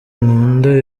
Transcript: nkunda